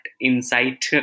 insight